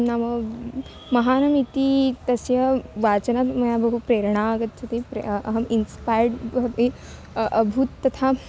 नाम महान् इति तस्य वचनात् मया बहु प्रेरणा आगच्छति प्रेरणा अहम् इन्स्पैयर्ड् भवामि अभवं तथा